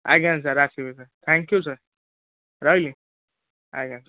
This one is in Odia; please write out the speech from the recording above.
ଆଜ୍ଞା ସାର୍ ଆସିବି ସାର୍ ଥାଙ୍କ୍ ୟ୍ୟୁ ସାର୍ ରହିଲି ଆଜ୍ଞା